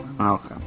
Okay